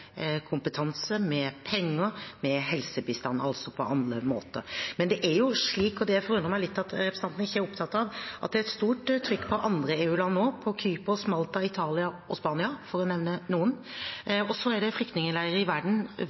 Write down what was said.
kompetanse, med penger, med helsebistand – altså på andre måter. Men det er jo slik, og det forundrer det meg litt at representanten ikke er opptatt av, at det er et stort trykk på andre EU-land også – på Kypros, Malta, Italia og Spania, for å nevne noen. Det er flyktningleirer i verden hvor det er helt grusomme forhold, f.eks. i